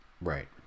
Right